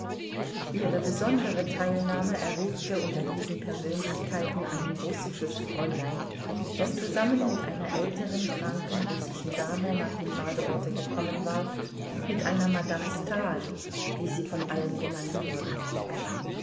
ihre besondere teilnahme erregte unter diesen persönlichkeiten ein russisches fräulein das zusammen mit einer älteren kranken russischen dame nach dem badeorte gekommen war mit einer madame stahl wie sie von allen genannt wurde